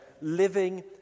living